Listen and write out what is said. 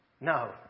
No